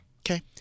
Okay